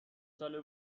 ساله